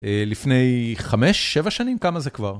לפני 5-7 שנים כמה זה כבר.